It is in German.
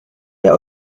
der